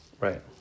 Right